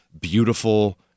beautiful